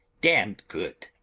damned good!